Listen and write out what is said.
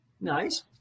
Nice